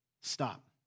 Stop